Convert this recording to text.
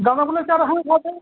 গাঁদা ফুলের চারা হ্যাঁ পাবেন